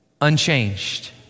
unchanged